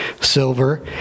silver